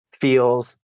feels